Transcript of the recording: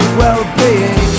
well-being